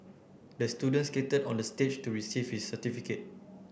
the student skated onto the stage to receive his certificate